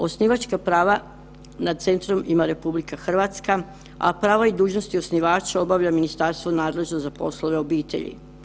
Osnivačka prava nad centrom ima RH, a prava i dužnosti osnivača obavlja ministarstvo nadležno za poslove obitelji.